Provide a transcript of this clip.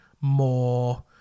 more